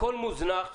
הכול מוזנח,